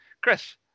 Chris